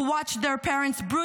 who watched their parents brutally